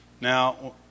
Now